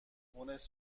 مونس